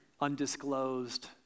undisclosed